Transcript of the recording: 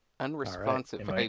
Unresponsive